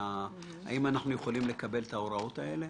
האם אנחנו יכולים לקבל את ההוראות האלו,